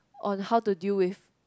on how to deal with